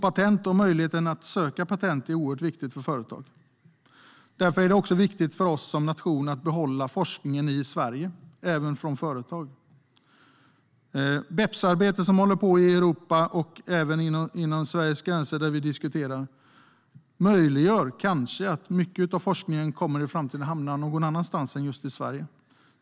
Även möjligheten att söka patent är oerhört viktig för företag. Därför är det också viktigt för Sverige som nation att behålla forskningen i Sverige. Det gäller även företag. BEPS-arbetet i Europa och även inom Sveriges gränser gör att mycket av forskningen i framtiden kanske kommer att hamna någon annanstans än just i Sverige.